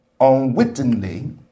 unwittingly